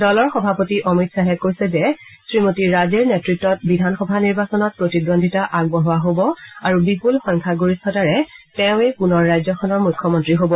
দলৰ সভাপতি অমিত শ্বাহে কৈছে যে শ্ৰীমতী ৰাজেৰ নেতৃত্বত বিধানসভা নিৰ্বাচনত প্ৰতিদ্বন্দ্বিতা আগবঢ়োৱা হ'ব আৰু বিপুল সংখ্যাগৰিষ্ঠতাৰে তেওঁৱেই পুনৰ ৰাজ্যখনৰ মুখ্যমন্ত্ৰী হ'ব